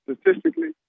Statistically